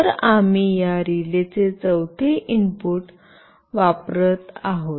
तर आम्ही या रिलेचे चौथे इनपुट वापरत आहोत